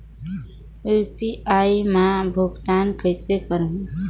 UPI मा भुगतान कइसे करहूं?